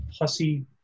pussy